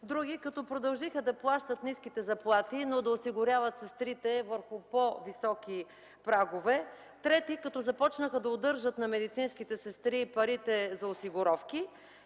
Други – като продължиха да плащат ниските заплати, но да осигуряват сестрите върху по-високи прагове. Трети – като започнаха да удържат на медицинските сестри парите за осигуровки.